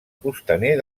costaner